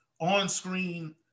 on-screen